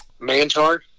Mantar